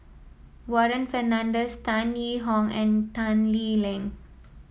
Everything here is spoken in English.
Warren Fernandez Tan Yee Hong and Tan Lee Leng